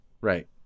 Right